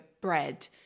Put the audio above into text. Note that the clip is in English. bread